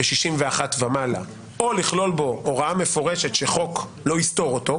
- או לכלול בו הוראה מפורשת שחוק לא יסתור אותו.